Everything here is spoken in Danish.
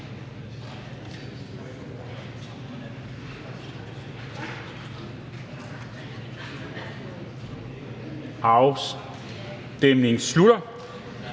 Afstemningen slutter.